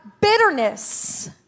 bitterness